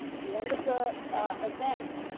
the end of the event,